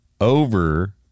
Over